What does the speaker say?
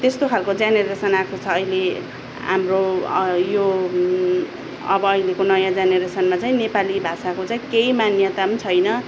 त्यस्तो खालको जेनेरेसन आएको छ अहिले हाम्रो यो अब अहिलेको नयाँ जेनेरेसनमा चाहिँ नेपाली भाषाको चाहिँ केही मान्याता पनि छैन